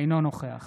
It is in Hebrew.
אינו נוכח